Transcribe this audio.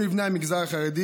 בני המגזר החרדי,